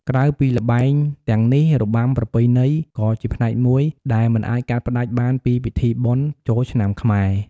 ក្រៅពីល្បែងទាំងនេះ របាំប្រពៃណី ក៏ជាផ្នែកមួយដែលមិនអាចកាត់ផ្តាច់បានពីពិធីបុណ្យចូលឆ្នាំខ្មែរ។